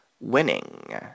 winning